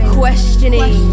questioning